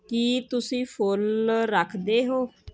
ਕੀ ਤੁਸੀਂ ਫੁੱਲ ਰੱਖਦੇ ਹੋ